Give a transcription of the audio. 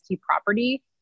property